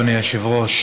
אדוני היושב-ראש,